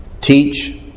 Teach